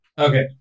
Okay